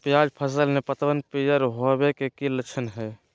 प्याज फसल में पतबन पियर होवे के की लक्षण हय?